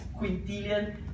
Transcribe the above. quintillion